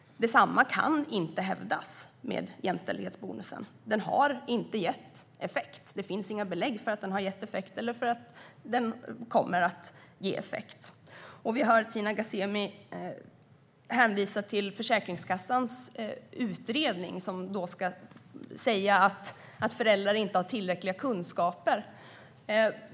Detsamma kan inte hävdas i fråga om jämställdhetsbonusen. Den har inte gett effekt. Det finns inga belägg för att den har gett effekt eller för att den kommer att ge effekt. Vi hör Tina Ghasemi hänvisa till Försäkringskassans utredning, som skulle säga att föräldrar inte har tillräckliga kunskaper.